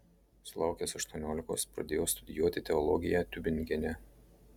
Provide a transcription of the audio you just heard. sulaukęs aštuoniolikos pradėjo studijuoti teologiją tiubingene